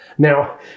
Now